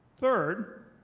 Third